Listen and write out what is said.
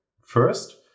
First